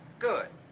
good.